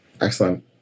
Excellent